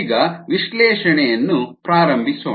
ಈಗ ವಿಶ್ಲೇಷಣೆಯನ್ನು ಪ್ರಾರಂಭಿಸೋಣ